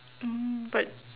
mm but